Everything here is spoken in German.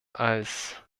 als